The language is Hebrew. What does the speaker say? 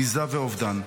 ביזה ואובדן,